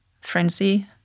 frenzy